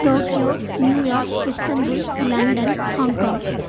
Tokyo New York Istanbul London Hong Kong